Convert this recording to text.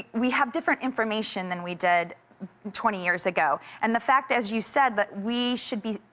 we have different information then we did twenty years ago. and the fact as you said that we should be,